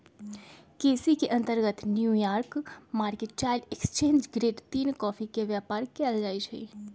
केसी के अंतर्गत New York mercantile exchange grade तीन कॉफी के व्यापार कएल जाइ छइ